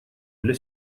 для